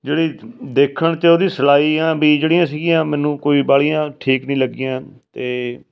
ਜਿਹੜੀ ਦੇਖਣ 'ਚ ਉਹਦੀ ਸਿਲਾਈਆਂ ਵੀ ਜਿਹੜੀਆਂ ਸੀਗੀਆਂ ਮੈਨੂੰ ਕੋਈ ਵਾਲੀਆਂ ਠੀਕ ਨਹੀਂ ਲੱਗੀਆਂ ਅਤੇ